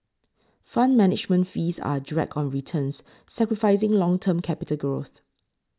fund management fees are a drag on returns sacrificing long term capital growth